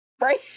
Right